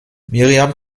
miriam